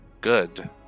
Good